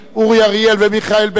אורי אריאל ומיכאל בן-ארי,